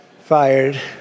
fired